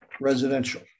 residential